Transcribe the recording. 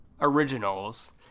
originals